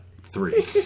three